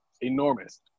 enormous